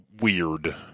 weird